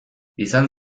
izan